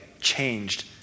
changed